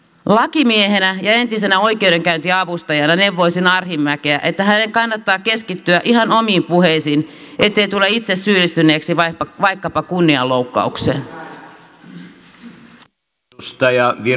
lakimiehenä ja entisenä oikeudenkäyntiavustajana neuvoisin arhinmäkeä että hänen kannattaa keskittyä ihan omiin puheisiinsa ettei tule itse syyllistyneeksi vaikkapa kunnianloukkaukseen